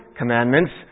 commandments